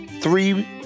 three